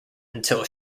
until